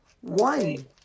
one